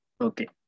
Okay